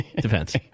Depends